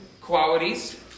Qualities